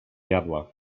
jadła